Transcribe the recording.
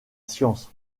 science